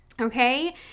okay